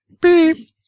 beep